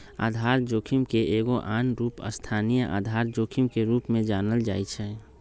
आधार जोखिम के एगो आन रूप स्थानीय आधार जोखिम के रूप में जानल जाइ छै